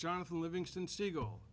jonathan livingston seagull